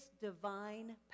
divine